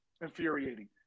infuriating